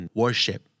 worship